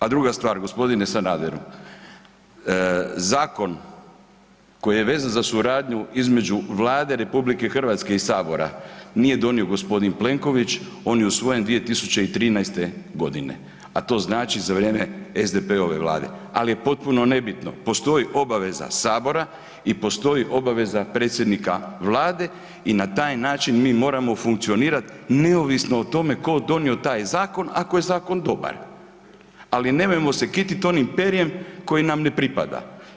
A druga stvar gospodine Sanaderu, zakon koji je vezan za suradnju između Vlade RH i sabora nije donio gospodin Plenković on je usvojen 2013. godine, a to znači za vrijeme SDP-ove vlade, ali je potpuno nebitno, postoji obaveza sabora i postoji obaveza predsjednika Vlade i na taj način mi moramo funkcionirati neovisno o tome tko je donio taj zakon ako je zakon dobar, ali nemojmo se kititi onim perjem koji nam ne pripada.